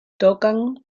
tocan